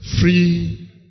Free